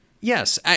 Yes